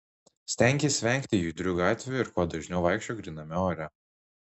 stenkis vengti judrių gatvių ir kuo dažniau vaikščiok gryname ore